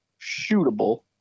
shootable